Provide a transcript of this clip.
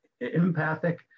empathic